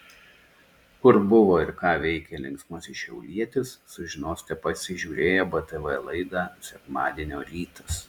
kur buvo ir ką veikė linksmasis šiaulietis sužinosite pasižiūrėję btv laidą sekmadienio rytas